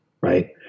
right